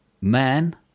Man